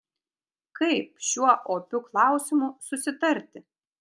kaip šiuo opiu klausimu susitarti